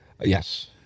Yes